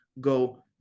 go